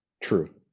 true